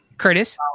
curtis